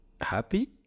happy